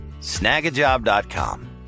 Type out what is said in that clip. Snagajob.com